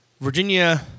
Virginia